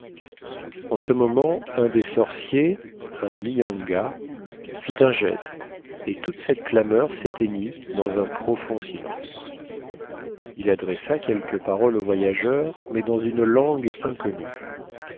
en ce moment un des sorciers un myanga fit un geste et toute cette clameur s'éteignit dans un profond silence il adressa quelques paroles aux voyageurs mais dans une langue inconnue